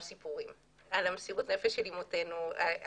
סיפורים על מסירות הנפש של אימותינו בטבילה,